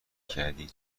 کردی